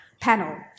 panel